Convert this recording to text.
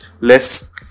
less